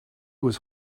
was